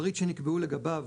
- פריט שנקבעו לגביו